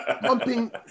pumping